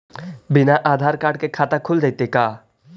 बिना आधार कार्ड के खाता खुल जइतै का?